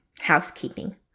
Housekeeping